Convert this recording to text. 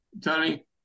Tony